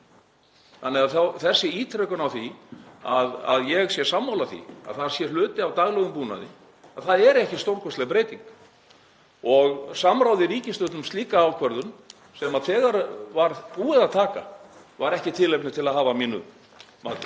Þannig að þessi ítrekun á því hvort ég sé sammála því að þetta sé hluti af daglegum búnaði, það er ekki stórkostleg breyting. Og samráð í ríkisstjórn um slíka ákvörðun, sem þegar var búið að taka, var ekki tilefni til að hafa að